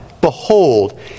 behold